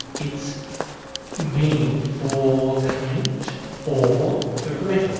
its meaning for klimt or for gretl,